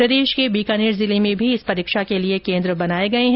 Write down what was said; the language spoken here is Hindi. प्रदेश के बीकानेर जिले में भी इस परीक्षा के लिए केन्द्र बनाए गए हैं